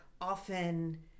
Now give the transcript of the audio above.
often